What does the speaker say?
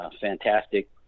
Fantastic